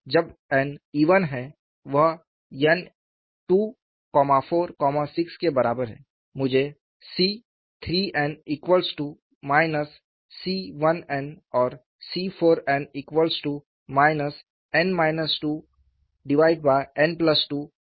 जब n even है वह n 2 4 6 के बराबर है मुझे C3n C1n और C4n n 2n2C2n है